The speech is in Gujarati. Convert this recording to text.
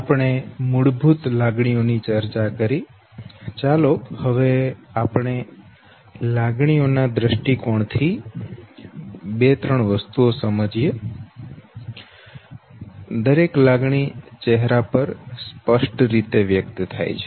આપણે મૂળભૂત લાગણીઓ ની ચર્ચા કરી ચાલો હવે આપણે લાગણીઓ ના દ્રષ્ટિકોણ થી બે ત્રણ વસ્તુઓ સમજીએ દરેક લાગણી ચહેરા પર સ્પષ્ટ રીતે વ્યક્ત થાય છે